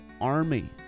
army